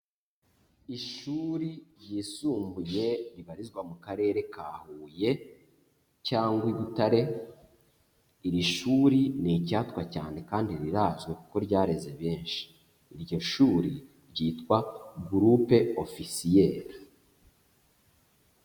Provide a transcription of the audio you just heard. Ishuri ryisumbuye ribarizwa mu karere ka Huye cyangwa i Butare, iri shuri ni icyatwa cyane kandi rirazwi kuko ryareze benshi, iryo shuri ryitwa Groupe officiel.